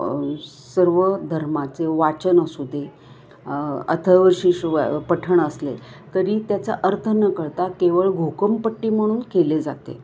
सर्व धर्माचे वाचन असू दे अथर्वशीर्ष पठण असले तरी त्याचा अर्थ न कळता केवळ घोकमपट्टी म्हणून केले जाते